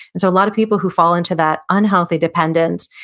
and so a lot of people who fall into that unhealthy dependence,